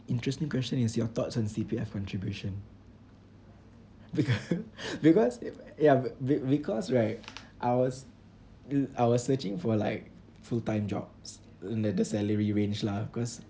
interesting question is your thoughts on C_P_F contribution because because ya be~ because right I was I was searching for like full-time jobs in the the salary range lah cause